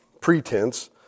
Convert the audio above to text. pretense